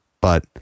But-